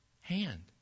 hand